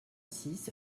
six